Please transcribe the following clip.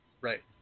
Right